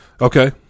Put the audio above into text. Okay